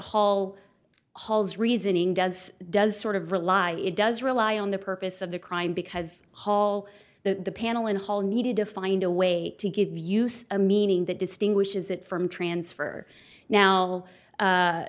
halls reasoning does does sort of rely it does rely on the purpose of the crime because hall the panel in hall needed to find a way to give use a meaning that distinguishes it from transfer now